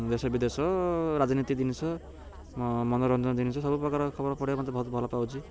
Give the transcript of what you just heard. ଦେଶ ବିଦେଶ ରାଜନୀତି ଜିନିଷ ମ ମନୋରଞ୍ଜନ ଜିନିଷ ସବୁପ୍ରକାର ଖବର ପଢିବାକୁ ମୋତେ ବହୁତ ଭଲ ପାଉଛି